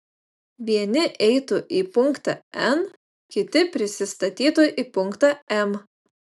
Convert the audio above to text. vieni eitų į punktą n kiti prisistatytų į punktą m